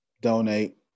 donate